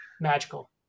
magical